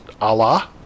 Allah